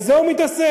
בזה הוא מתעסק.